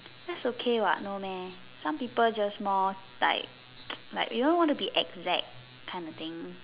that's okay what no meh some people just more like like you don't want to be exact kind of thing